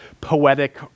poetic